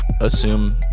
assume